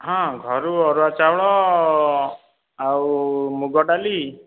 ହଁ ଘରୁ ଅରୁଆ ଚାଉଳ ଆଉ ମୁଗ ଡାଲି